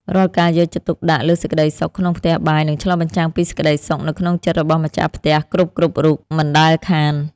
រាល់ការយកចិត្តទុកដាក់លើសេចក្តីសុខក្នុងផ្ទះបាយនឹងឆ្លុះបញ្ចាំងពីសេចក្តីសុខនៅក្នុងចិត្តរបស់ម្ចាស់ផ្ទះគ្រប់ៗរូបមិនដែលខាន។